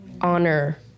honor